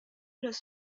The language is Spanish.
los